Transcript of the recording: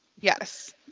Yes